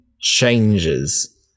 changes